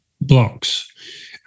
blocks